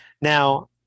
Now